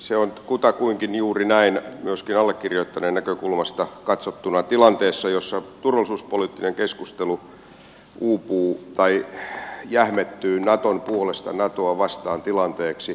se on kutakuinkin juuri näin myöskin allekirjoittaneen näkökulmasta katsottuna tilanteessa jossa turvallisuuspoliittinen keskustelu uupuu tai jähmettyy naton puolesta natoa vastaan tilanteeksi